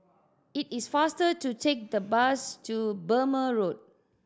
it is faster to take the bus to Burmah Road